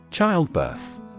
Childbirth